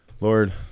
Lord